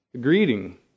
Greeting